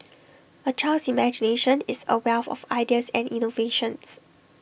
A child's imagination is A wealth of ideas and innovations